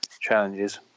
challenges